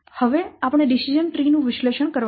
હવે આપણે decision tree નું વિશ્લેષણ કરવાનું છે